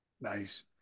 nice